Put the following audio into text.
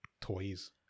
toys